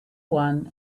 one